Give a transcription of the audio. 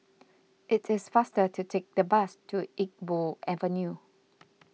it is faster to take the bus to Iqbal Avenue